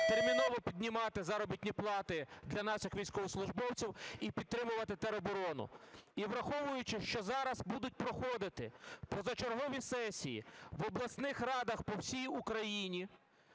терміново піднімати заробітні плати для наших військовослужбовців і підтримувати тероборону. І враховуючи, що зараз будуть проходити позачергові сесії в обласних радах по всій Україні,